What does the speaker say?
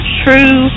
true